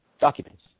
documents